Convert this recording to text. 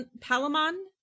palamon